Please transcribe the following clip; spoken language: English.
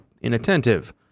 inattentive